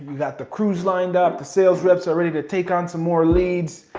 you got the crews lined up, the sales reps are ready to take on some more leads,